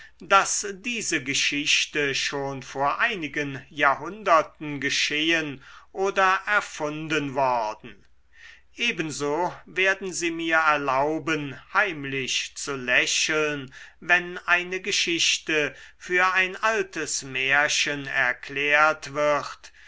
daß diese geschichte schon vor einigen jahrhunderten geschehen oder erfunden worden ebenso werden sie mir erlauben heimlich zu lächeln wenn eine geschichte für ein altes märchen erklärt wird